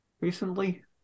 recently